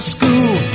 school